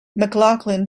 mclachlan